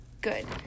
good